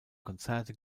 konzerte